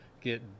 get